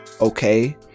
okay